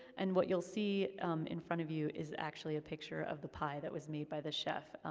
and what you'll see in front of you is actually a picture of the pie that was made by the chef,